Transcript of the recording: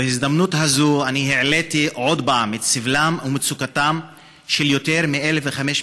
ובהזדמנות זו אני העליתי עוד פעם את סבלם ומצוקתם של יותר מ-1,500